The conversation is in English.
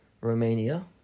Romania